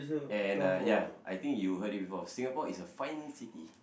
and uh ya I think you heard it before Singapore is a fine city